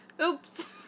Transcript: Oops